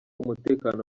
umutekano